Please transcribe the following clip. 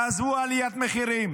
תעזבו עליית מחירים,